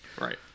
Right